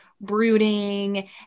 brooding